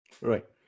Right